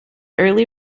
early